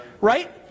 Right